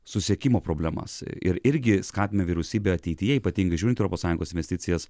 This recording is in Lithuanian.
susekimo problemas ir irgi skatina vyriausybė ateityje ypatingai žiūrint į europos sąjungos investicijas